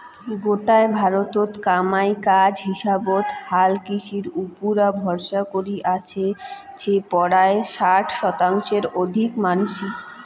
গোটায় ভারতত কামাই কাজ হিসাবত হালকৃষির উপুরা ভরসা করি আছে পরায় ষাট শতাংশর অধিক মানষি